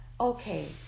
Okay